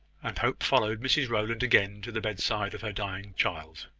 and hope followed mrs rowland again to the bedside of her dying child.